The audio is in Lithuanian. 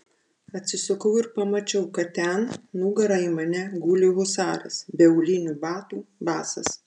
atsisukau ir pamačiau kad ten nugara į mane guli husaras be aulinių batų basas